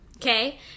Okay